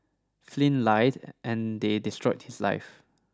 Flynn lied and they destroyed his life